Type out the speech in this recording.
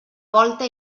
volta